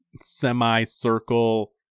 semi-circle